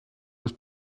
was